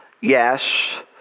yes